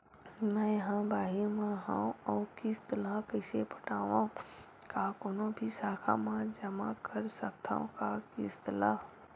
मैं हा बाहिर मा हाव आऊ किस्त ला कइसे पटावव, का कोनो भी शाखा मा जमा कर सकथव का किस्त ला?